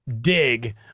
dig